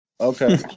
Okay